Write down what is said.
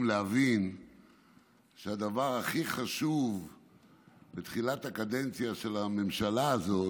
להבין שהדבר הכי חשוב בתחילת הקדנציה של הממשלה הזאת,